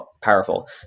powerful